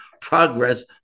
progress